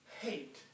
hate